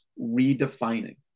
redefining